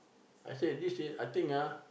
I say this is I think ah